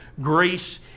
grace